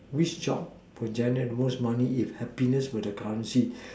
which job will generate the most money if happiness were the currency